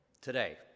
today